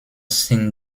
sind